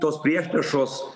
tos priešpriešos